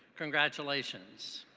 congratulations.